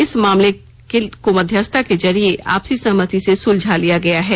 इस मामले को मध्यस्थता के जरिए आपसी सहमति से सुलझा लिया गया है